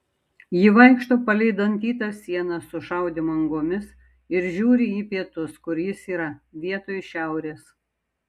ji vaikšto palei dantytą sieną su šaudymo angomis ir žiūri į pietus kur jis yra vietoj šiaurės